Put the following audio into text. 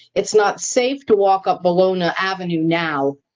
it's not safe to walk up bellona avenue now,